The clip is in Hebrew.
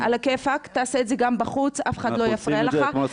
היא רואה גם את כולם ביחד --- אני אשמח רגע להכניס לך הערת